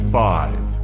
five